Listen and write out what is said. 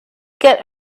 get